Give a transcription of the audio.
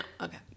Okay